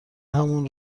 همان